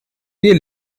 wir